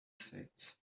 states